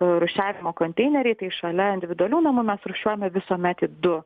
rūšiavimo konteineriai tai šalia individualių namų mes rūšiuojame visuomet į du